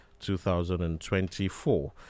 2024